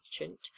merchant